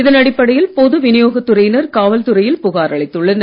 இதன் அடிப்படையில் பொது விநியோகத் துறையினர் காவல் துறையில் புகார் அளித்துள்ளனர்